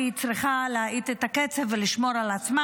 והיא צריכה להאט את הקצב ולשמור על עצמה.